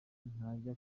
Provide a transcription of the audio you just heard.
ntajya